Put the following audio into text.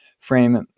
frame